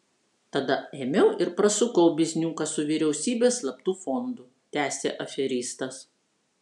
tada ėmiau ir prasukau bizniuką su vyriausybės slaptu fondu tęsė aferistas